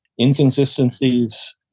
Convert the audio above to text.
Inconsistencies